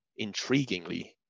intriguingly